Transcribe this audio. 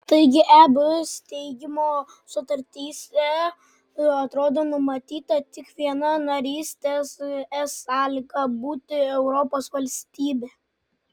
taigi eb steigimo sutartyse atrodo numatyta tik viena narystės es sąlyga būti europos valstybe